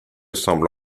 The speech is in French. semble